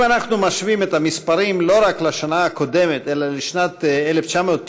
אם אנחנו משווים את המספרים לא רק לשנה הקודמת אלא לשנת 1990,